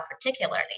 particularly